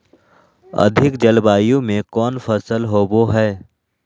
अधिक जलवायु में कौन फसल होबो है?